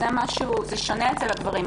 זה שונה אצל הגברים.